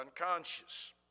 unconscious